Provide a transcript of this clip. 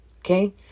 Okay